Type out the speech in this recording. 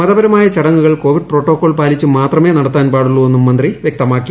മതപരമായ ചടങ്ങുകൾ Covid protocol പാലിച്ച് മാത്രമേ നടത്താൻ പാടുള്ളൂവെന്നും മന്ത്രി വൃക്തമാക്കി